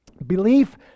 Belief